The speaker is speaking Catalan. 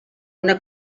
una